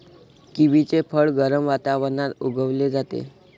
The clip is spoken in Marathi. किवीचे फळ गरम वातावरणात उगवले जाते